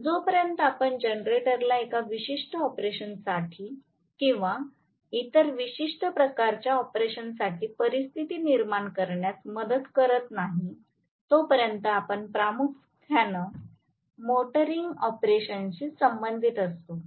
जोपर्यंत आपण जनरेटर ला एका विशिष्ट ऑपरेशनसाठी किंवा इतर विशिष्ट प्रकारच्या ऑपरेशनसाठी परिस्थिती निर्माण करण्यास मदत करत नाही तोपर्यंत आपण प्रामुख्याने मोटारींग ऑपरेशनशी संबंधित असतो